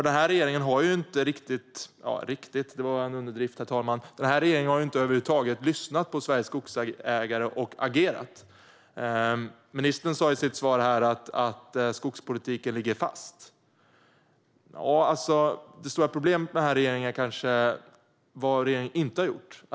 Den här regeringen har över huvud taget inte lyssnat på Sveriges skogsägare och agerat. Ministern sa i sitt svar att skogspolitiken ligger fast. Det stora problemet med den här regeringen är kanske vad regeringen inte har gjort.